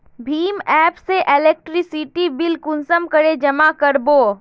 भीम app से electricity bill कुंसम करे जमा कर बो?